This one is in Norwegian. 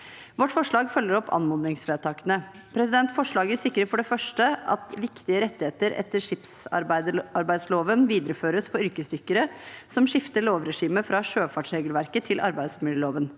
Vårt forslag følger opp anmodningsvedtakene. Forslaget sikrer for det første at viktige rettigheter etter skipsarbeidsloven videreføres for yrkesdykkere som skifter lovregime fra sjøfartsregelverket til arbeidsmiljøloven.